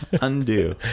Undo